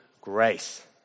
grace